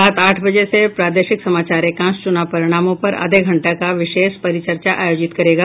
रात आठ बजे से प्रादेशिक समाचार एकांश चुनाव परिणामों पर आधे घंटे का विशेष परिचर्चा आयोजित करेगा